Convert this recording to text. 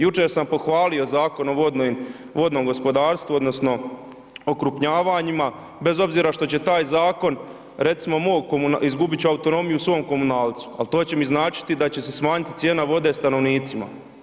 Jučer sam pohvalio Zakon o vodnom gospodarstvu, odnosno okrupnjavanjima bez obzira što će taj zakon, recimo mog, izgubit ću autonomiju u svom komunalcu ali to će mi značiti da će se smanjiti cijena vode stanovnicima.